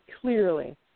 clearly